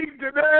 today